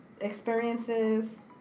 experiences